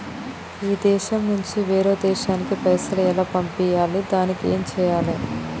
ఈ దేశం నుంచి వేరొక దేశానికి పైసలు ఎలా పంపియ్యాలి? దానికి ఏం చేయాలి?